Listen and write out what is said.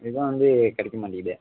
இதுதான் வந்து கிடைக்க மாட்டேங்குது